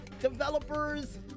developers